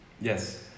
Yes